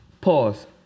Pause